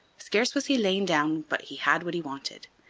scarce was he lain down but he had what he wanted.